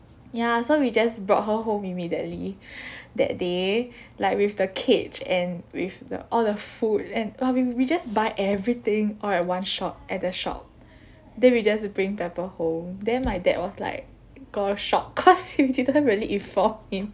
ya so we just brought her home immediately that day like with the cage and with the all the food and !wah! we we we just buy everything all at one shot at that shop then we just bring pepper home then my dad was like got a shock cause we didn't really involve him